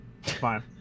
Fine